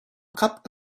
cup